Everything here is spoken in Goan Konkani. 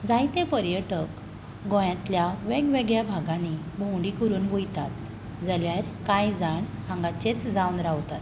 जायते पर्यटक गोंयांतल्या वेग वेगळ्या भागांनी भोंवडी करून वयतात जाल्यार कांय जाण हांगाचेच जावन रावतात